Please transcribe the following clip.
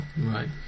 Right